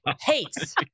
Hates